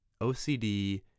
OCD